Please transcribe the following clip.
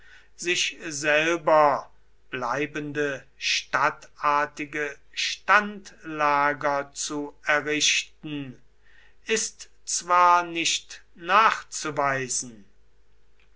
sich selber bleibende stadtartige standlager zu errichten ist zwar nicht nachzuweisen